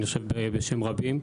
אני חושב בשם רבים,